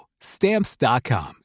Stamps.com